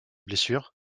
blessures